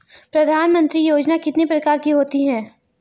प्रधानमंत्री योजना कितने प्रकार की होती है?